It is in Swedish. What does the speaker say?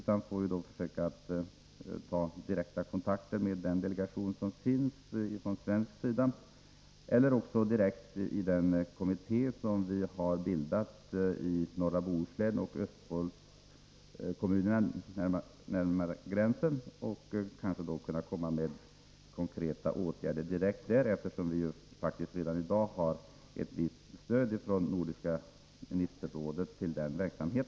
Jag får försöka ta direkta kontakter med den svenska delegationen eller ta initiativ i den kommitté som vi har bildat i norra Bohuslän och Östfold nära gränsen. Vi kan kanske komma fram till direkta åtgärder där, eftersom vi redan i dag har ett visst stöd för denna verksamhet från Nordiska ministerrådet.